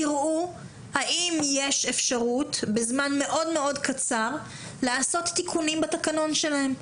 תראו האם יש אפשרות בזמן מאוד מאוד קצר לעשות תיקונים בתקנון שלהם.